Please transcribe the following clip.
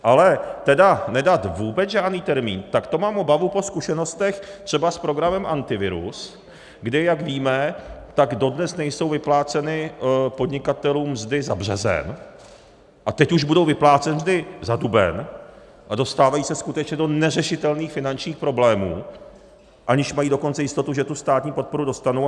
Ale nedat teda vůbec žádný termín, tak to mám obavu po zkušenostech třeba s programem Antivirus, kde jak víme, tak dodnes nejsou vypláceny podnikatelům mzdy za březen, a teď už budou vyplácet mzdy za duben a dostávají se skutečně do neřešitelných finančních problémů, aniž mají dokonce jistotu, že tu státní podporu dostanou.